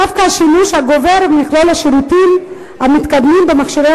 דווקא השימוש הגובר במכלול השירותים המתקדמים במכשירים